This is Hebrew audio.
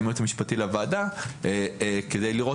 עם הייעוץ המשפטי לוועדה כדי לראות